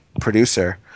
producer